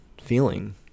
feeling